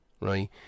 right